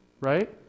Right